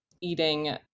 eating